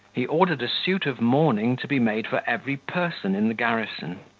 he ordered a suit of mourning to be made for every person in the garrison,